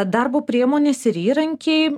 darbo priemonės ir įrankiai